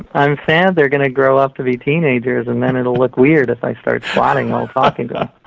i'm sad they're going to grow up to be teenagers and then it will look weird if i start squatting while talking to ah